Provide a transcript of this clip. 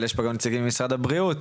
אבל יש פה נציגים ממשרד הבריאות,